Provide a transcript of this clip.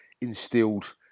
instilled